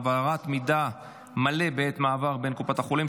העברת מידע מלא בעת מעבר בין קופות החולים),